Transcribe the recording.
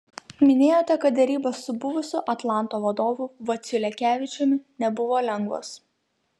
minėjote kad derybos su buvusiu atlanto vadovu vaciu lekevičiumi nebuvo lengvos